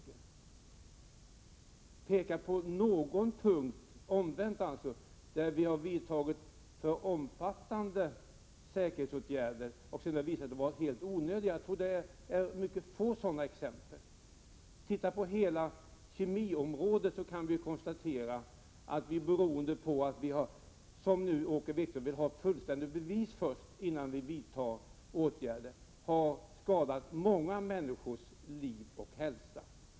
Men peka på någon punkt där vi har vidtagit för omfattande säkerhetsåtgärder som sedan visat sig vara helt onödiga! Jag tror att det finns mycket få sådana exempel. Om vi ser på hela kemiområdet kan vi konstatera att vi — beroende på att vi, som Åke Wictorsson säger, vill ha fullständiga bevis innan vi vidtar åtgärder — har skadat många människors liv och hälsa.